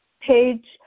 Page